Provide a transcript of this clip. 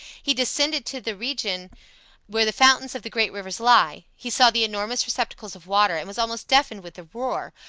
he descended to the region where the fountains of the great rivers lie he saw the enormous receptacles of waters and was almost deafened with the roar,